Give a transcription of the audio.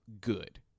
good